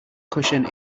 cushion